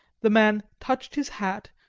the man touched his hat,